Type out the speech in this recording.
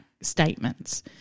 statements